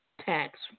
tax